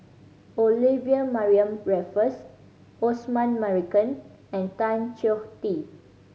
Olivia Mariamne Raffles Osman Merican and Tan Choh Tee